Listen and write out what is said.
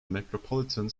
metropolitan